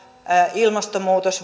ilmastonmuutos